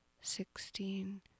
sixteen